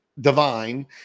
divine